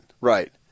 Right